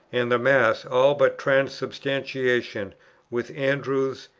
and the mass all but transubstantiation with andrewes,